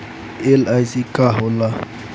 LIC का होला?